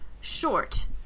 short